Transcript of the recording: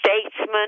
statesman